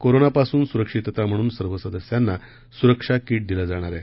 कोरोनापासून सुरक्षितता म्हणून सर्व सदस्यांना सुरक्षा किट दिलं जाणार आहे